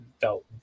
felt